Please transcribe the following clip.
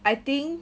I think